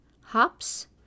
hops